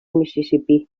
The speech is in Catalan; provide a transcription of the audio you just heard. mississipí